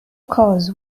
cause